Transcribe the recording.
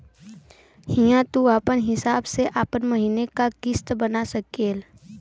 हिंया तू आपन हिसाब से आपन महीने का किस्त बना सकेल